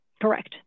correct